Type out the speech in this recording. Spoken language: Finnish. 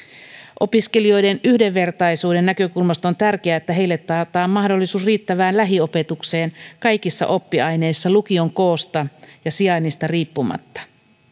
opiskelijoiden yhdenvertaisuuden näkökulmasta on tärkeää että heille taataan mahdollisuus riittävään lähiopetukseen kaikissa oppiaineissa lukion koosta ja sijainnista riippumatta